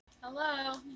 Hello